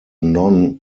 non